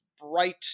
bright